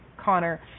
Connor